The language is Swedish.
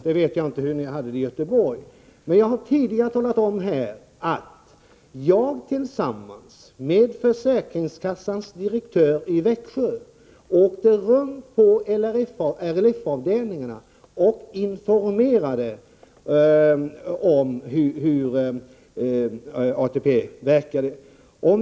Jag vet inte hur ni hade det i Göteborg, men jag har tidigare talat om, att jag tillsammans med direktören för försäkringskassan i Växjö åkte runt på RLF-avdelningarna och informerade om ATP.